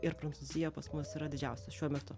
ir prancūzija pas mus yra didžiausios šiuo metu